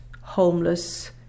homeless